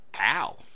Ow